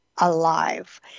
alive